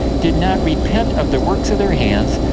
did not repent of the works of their hands,